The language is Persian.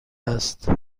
است